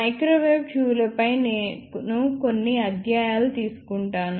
microwave ట్యూబ్లపై నేను కొన్ని అధ్యయాలు తీసుకుంటాను